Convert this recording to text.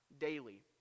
daily